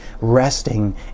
Resting